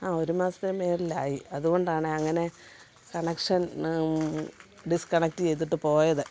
ആ ഒരു മാസത്തിനു മുകളിലായി അതുകൊണ്ടാണെ അങ്ങനെ കണക്ഷൻ ഡിസ്കണക്റ്റ് ചെയ്തിട്ടു പോയത്